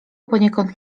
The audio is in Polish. poniekąd